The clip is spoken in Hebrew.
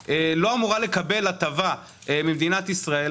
שלא אמורה לקבל הטבה ממדינת ישראל,